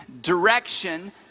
Direction